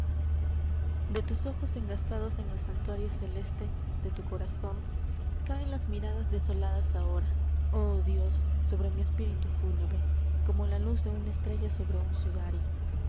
de tus ojos engastados en el santuario celeste de tu corazón caen las miradas desoladas ahora oh dios sobre mi espíritu fúnebre como la luz de una estrella sobre un sudario